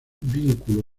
vínculo